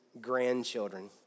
grandchildren